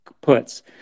puts